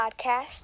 Podcast